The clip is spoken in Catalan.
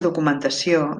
documentació